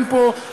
אין פה,